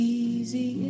easy